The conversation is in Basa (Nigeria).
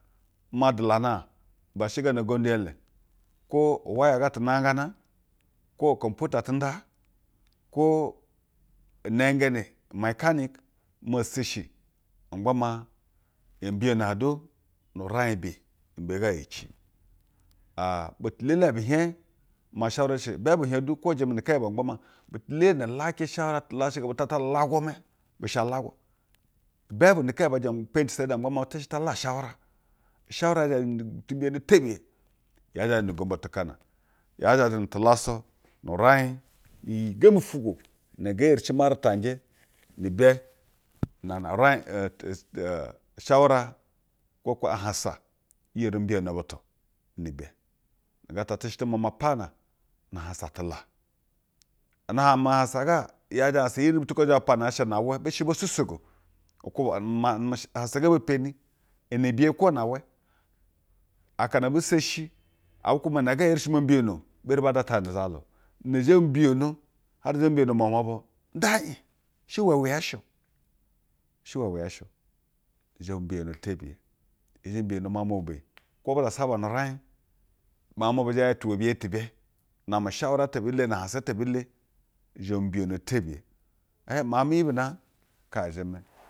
Made lana a-j ibe she gana ugondu i ele. Kwo uwaya ga tɛ nangana, kwo computer tenda, kwo inengeni uma yekanik maa e seshi ma gba maa yo mbiyono a-j du nu-uraij bey. Nu numbe ga ye ci. Aa butu elele bi hiek mashaura she, bayeba hiej du kwo jeme ni kenjɛ bwe ma gba maa, butu elele na lace shaura te lashega butu ata lagwume. Be she alagwu bayebu ni kenye bwe njeme, peni ti seyida ma gba maa te she ta la shawura ushawura zhaje ni ni tim biyono tebiye yaa zheje nu ugombo tekana yaa zheje nu tulasu nu uraij ni iyi gembi ufwugwo ne ngee yeri shi ma retanje ni be. Nana uraij etu e ushawura kwo ka ahansa iyeri mbiyono butu ni be. Nu gaa ta teshe tu mama pana na ahansa tu la. Na-ame ahansa ga, yaje ahansa iri ko butu bu ko zhe bu pana asha na we. Be she zhɛ bu pana asha ana we. Be she bo susogo ukwube u mam a hansa ga bee mpeni ene biye kwp ana we. Akana ebi seshi, abu kwube maa na ga yeri mo mbiyono bi yeri a data i-j nu zalur na zhe bu mbiyono hare zhe mbiyono umwamwa bu nda i-j she iwɛwe yaa shɛ o. Sje wewe yaa she o. I zhe bu mbiyono tebiye. Yɛɛ zhe mbiyono maui-j mu bu beyi kuro bezasa ba nu-uraij ti be na ame shawura ata ebi le na-ame shawura ata ebi le na-amae ahansa ata ebi le. I zhe bu mbiyono tebiye ɛɛ hiej miau-j miyi bi na h-j- kaye theme.